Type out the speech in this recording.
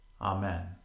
Amen